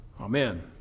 Amen